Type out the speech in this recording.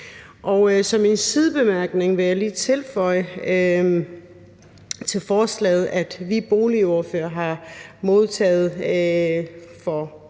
Som en sidebemærkning vil jeg lige tilføje til forslaget, at vi boligordførere for et par